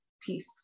peace